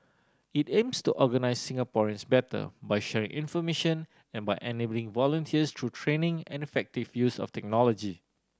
it aims to organise Singaporeans better by sharing information and by enabling volunteers through training and effective use of technology